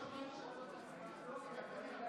לא שמעתי שהכרזת על הצבעה.